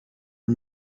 are